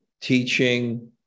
teaching